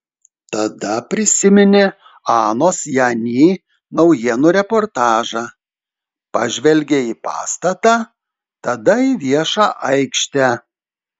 tada prisiminė anos jani naujienų reportažą pažvelgė į pastatą tada į viešą aikštę